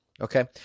okay